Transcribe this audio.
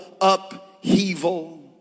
upheaval